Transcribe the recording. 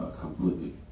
completely